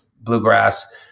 bluegrass